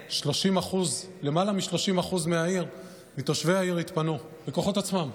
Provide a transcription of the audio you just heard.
למעלה מ-30% מתושבי העיר התפנו בכוחות עצמם.